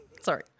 Sorry